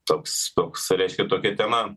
toks toks reiškia tokia tema